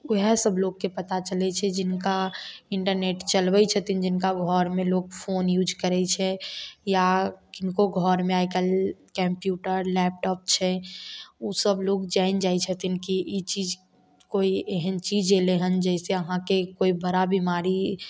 ओहए सब लोकके पता चलै छै जिनका इन्टरनेट चलबै छथिन जिनका घरमे लोक फोन यूज करै छै या किनको घरमे आइकाल्हि कम्प्यूटर लैपटॉप छै ओ सब लोक जानि जाइ छथिन कि ई चीज कोइ एहेन चीज अयलै हन जैसे आहाँके कोइ बड़ा बीमारी